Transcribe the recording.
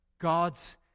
God's